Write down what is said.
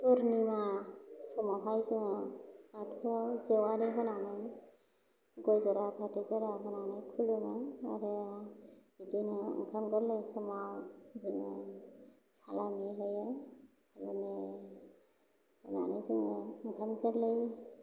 पुरनिमा समावहाय जोङो बाथौआव जेवारि होनानै गय ज'रा फाथै ज'रा होनानै खुलुमो आरो बिदिनो ओंखाम गोरलै समाव जोङो सालामि होयो सालामि होनानै जोङो ओंखाम गोरलै